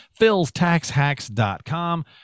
PhilstaxHacks.com